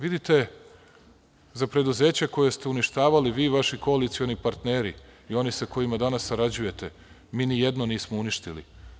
Vidite, za preduzeća koja ste uništavali vi i vaši koalicioni partneri, i oni sa kojima danas sarađujete, mi ni jedno nismo uništili.